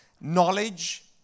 knowledge